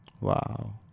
Wow